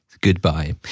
Goodbye